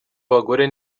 abagore